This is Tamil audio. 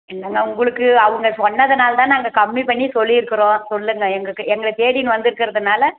என்னங்க உங்களுக்கு அவங்க சொன்னதனால தான் நாங்கள் கம்மி பண்ணி சொல்லியிருக்குறோம் சொல்லுங்கள் எங்களுக்கு எங்களை தேடின்னு வந்துருக்கறதுனால